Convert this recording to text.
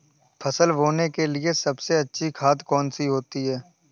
फसल बोने के लिए सबसे अच्छी खाद कौन सी होती है?